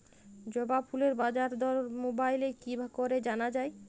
জবা ফুলের বাজার দর মোবাইলে কি করে জানা যায়?